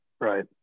Right